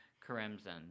crimson